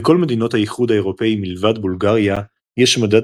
לכל מדינות האיחוד האירופי מלבד בולגריה יש מדד